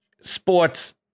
Sports